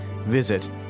Visit